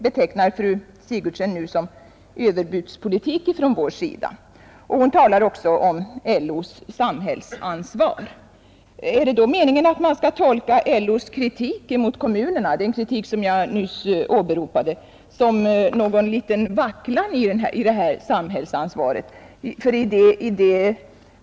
Hon åberopar också LO:s uttalande om samhällsansvaret. Är det då meningen att man skall tolka LO:s kritik mot kommunerna — som jag nyss erinrade om — som någon liten vacklan i fråga om detta samhällsansvar?